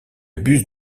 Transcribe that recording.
bus